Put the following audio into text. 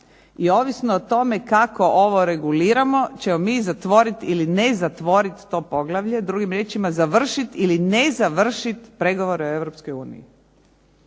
i ovisno o tome kako to reguliramo ćemo mi zatvoriti ili ne zatvoriti to poglavlje, drugim riječima, završiti ili ne završiti pregovore u